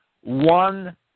one